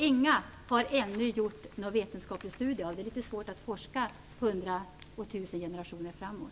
Inga har ännu gjort några vetenskapliga studier, eftersom det är litet svårt att forska mellan hundra och tusen generationer framåt.